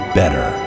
better